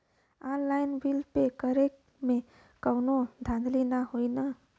Online bill pay करे में कौनो धांधली ना होई ना?